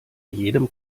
jedem